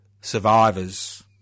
survivors